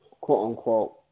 quote-unquote